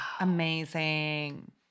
Amazing